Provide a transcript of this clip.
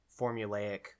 formulaic